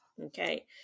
Okay